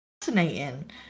fascinating